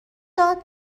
داد